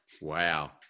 wow